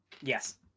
Yes